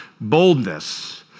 boldness